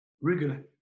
regular